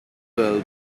well